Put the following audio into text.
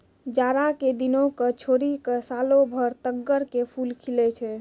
जाड़ा के दिनों क छोड़ी क सालों भर तग्गड़ के फूल खिलै छै